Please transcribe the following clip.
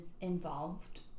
involved